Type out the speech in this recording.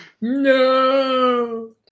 No